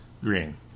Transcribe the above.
Green